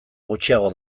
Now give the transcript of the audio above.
gutxiago